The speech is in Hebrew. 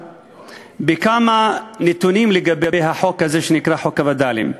כמה נתונים לגבי החוק הזה שנקרא חוק הווד"לים.